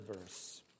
verse